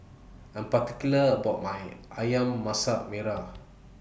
I Am particular about My Ayam Masak Merah